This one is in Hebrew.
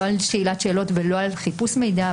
לא על שאילת שאלות ולא על חיפוש מידע,